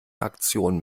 aktion